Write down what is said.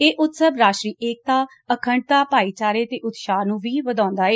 ਇਹ ਉਤਸਵ ਰਾਸ਼ਟਰੀ ਏਕਤਾ ਅਖੰਡਤਾ ਭਾਈਚਾਰੇ ਤੇ ਉਤਸਾਹ ਨੂੰ ਵੀ ਵਧਾਉਂਦਾ ਏ